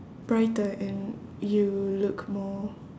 brighter and you look more